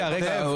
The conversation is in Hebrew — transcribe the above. זאב-זאב.